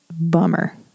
bummer